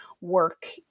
work